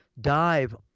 dive